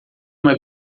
uma